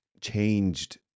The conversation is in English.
changed